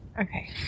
Okay